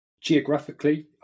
Geographically